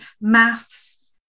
maths